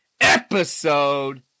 episode